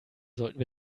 sollten